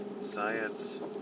science